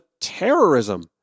terrorism